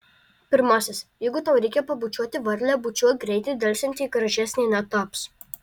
pirmasis jeigu tau reikia pabučiuoti varlę bučiuok greitai delsiant ji gražesnė netaps